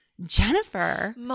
Jennifer